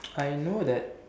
I know that